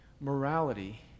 morality